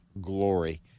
glory